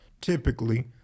typically